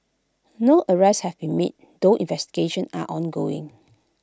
no arrests have been made though investigations are ongoing